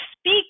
speak